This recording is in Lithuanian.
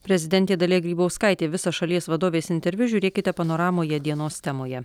prezidentė dalia grybauskaitė visą šalies vadovės interviu žiūrėkite panoramoje dienos temoje